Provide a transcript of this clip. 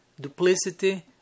duplicity